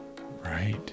Right